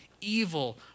evil